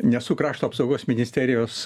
nesu krašto apsaugos ministerijos